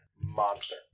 monster